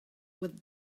with